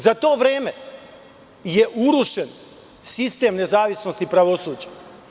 Za to vreme je urušen sistem nezavisnosti pravosuđa.